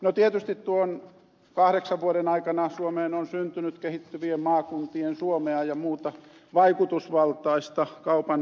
no tietysti tuon kahdeksan vuoden aikana suomeen on syntynyt kehittyvien maakuntien suomea ja muuta vaikutusvaltaista kaupan toimijaa